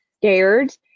scared